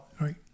right